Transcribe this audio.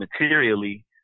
materially